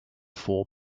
for